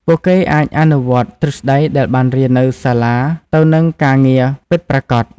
ពួកគេអាចអនុវត្តទ្រឹស្តីដែលបានរៀននៅសាលាទៅនឹងការងារពិតប្រាកដ។